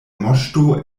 moŝto